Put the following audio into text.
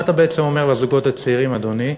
מה אתה בעצם אומר לזוגות הצעירים, אדוני?